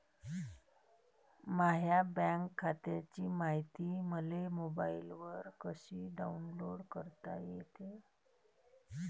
माह्या बँक खात्याची मायती मले मोबाईलवर कसी डाऊनलोड करता येते?